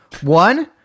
One